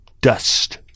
dust